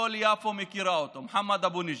כל יפו מכירה אותו, מוחמד אבו ניג'ם,